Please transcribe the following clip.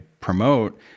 promote